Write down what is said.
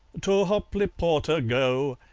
to hopley porter go,